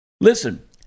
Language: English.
Listen